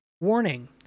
warning